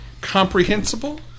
Comprehensible